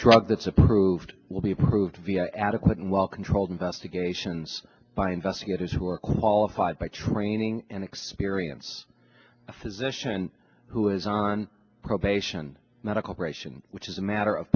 drug that's approved will be approved via adequate and well controlled investigations by investigators who are qualified by training and experience a physician who is on probation not a corporation which is a matter of